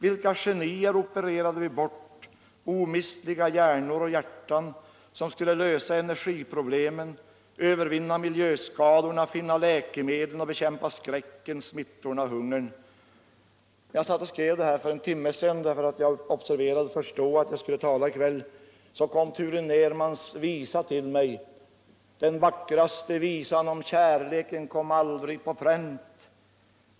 Vilka genier opererar vi bort — omistliga hjärnor och hjärtan som skulle lösa energiproblem, övervinna miljöskadorna, finna läkemedel och bekämpa skräcken, smittorna och hungern? Jag satt och skrev det här anförandet för en timme sedan, eftersom jag först då observerade att jag skulle tala i kväll. Så kom Ture Nermans visa till mig: kom aldrig på pränt.